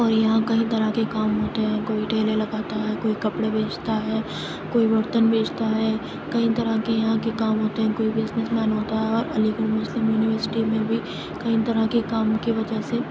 اور یہاں کئی طرح کے کام ہوتے ہیں کوئی ٹھیلے لگاتا ہے کوئی کپڑے بیچتا ہے کوئی برتن بیچتا ہے کئی طرح کے یہاں کے کام ہوتے ہیں کوئی بزنس مین ہوتا ہے اور علی گڑھ مسلم یونیورسٹی میں بھی کئی طرح کے کاموں کی وجہ سے